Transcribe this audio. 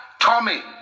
Tommy